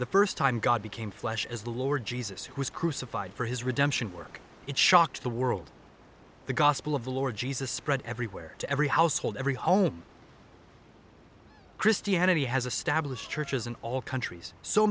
the first time god became flesh as the lord jesus who was crucified for his redemption work it shocked the world the gospel of the lord jesus spread everywhere to every household every home christianity has a stablish churches in all countries so